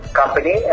company